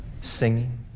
singing